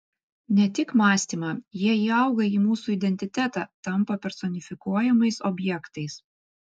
ne tik mąstymą jie įauga į mūsų identitetą tampa personifikuojamais objektais